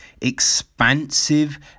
expansive